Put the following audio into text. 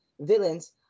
villains